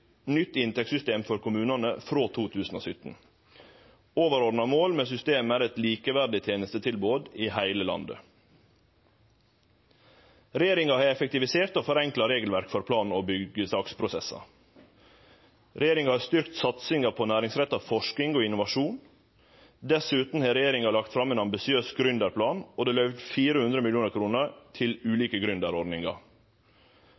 nytt inntektssystem for kommunane frå 2017. Overordna mål med systemet er eit likeverdig tenestetilbod i heile landet. Regjeringa har effektivisert og forenkla regelverk for plan- og byggjesaksprosessar. Regjeringa har styrkt satsinga på næringsretta forsking og innovasjon. Dessutan har regjeringa lagt fram ein ambisiøs gründerplan, og det er løyvt 400 mill. kr til